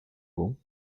bon